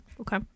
Okay